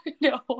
no